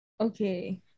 Okay